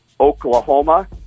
Oklahoma